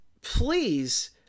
please